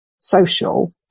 social